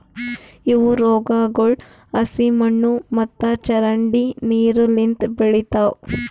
ಇವು ರೋಗಗೊಳ್ ಹಸಿ ಮಣ್ಣು ಮತ್ತ ಚರಂಡಿ ನೀರು ಲಿಂತ್ ಬೆಳಿತಾವ್